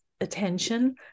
attention